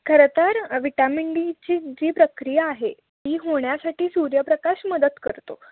खरं तर विटॅमिन डीची जी प्रक्रिया आहे ती होण्यासाठी सूर्यप्रकाश मदत करतो